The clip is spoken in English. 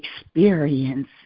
experience